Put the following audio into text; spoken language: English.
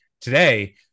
today